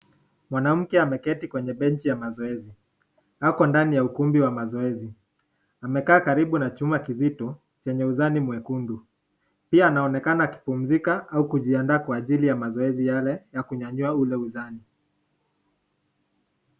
Mwanamke ameketi kwenye benchi ya mazoezi ako ndani ya ukumbi yaa mazoezi, amekaa karibu na chuma kizito chenye uzani mwekundu pia anaonekana akipumzika au kujiandaa kwa ajili ya mazoezi yale ya kunyanyua yule udhani.